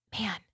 man